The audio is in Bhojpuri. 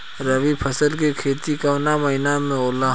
रवि फसल के खेती कवना महीना में होला?